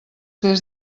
des